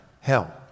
hell